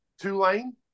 Tulane